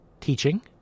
teaching